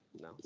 No